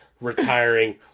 retiring